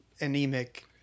anemic